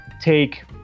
take